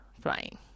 flying